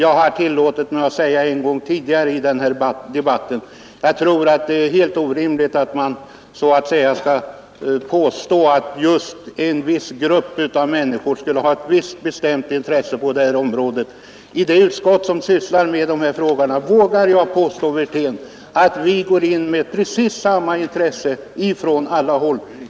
Jag har tillåtit mig att säga en gång tidigare i debatten att jag tror att det är helt orimligt att påstå att just en viss grupp människor skulle ha ett visst bestämt intresse på detta område. I det utskott som sysslar med dessa frågor vågar jag påstå, herr Wirtén, att vi går in med precis samma intresse från alla håll.